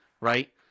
right